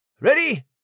Ready